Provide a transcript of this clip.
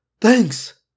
Thanks